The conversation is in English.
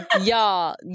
Y'all